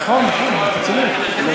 נכון, אתה צודק.